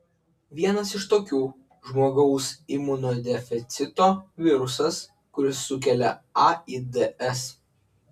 vienas iš tokių žmogaus imunodeficito virusas kuris sukelia aids